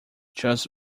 just